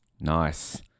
Nice